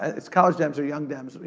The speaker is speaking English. it's college dem's or young dem's. you